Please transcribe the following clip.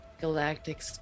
Galactic